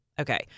Okay